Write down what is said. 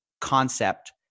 concept